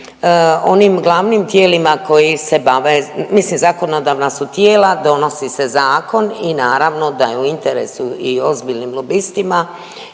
onim glavnim tijelima koji se bave, mislim zakonodavna su tijela, donosi se zakon i naravno da je u interesu i ozbiljnim lobistima